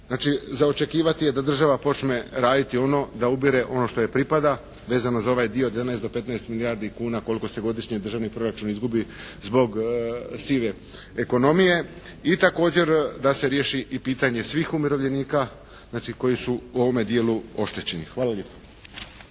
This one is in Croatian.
Znači, za očekivati je da država počne raditi ono da ubire ono što je pripada vezano za ovaj dio od 11 do 15 milijardi kuna koliko se godišnje državni proračun izgubi zbog sive ekonomije i također da se riješi i pitanje svih umirovljenika, znači koji su ovome dijelu oštećeni. Hvala lijepo.